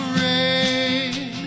rain